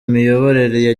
miyoborere